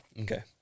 Okay